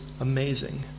amazing